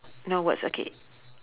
no words okay